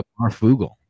Marfugel